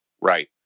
Right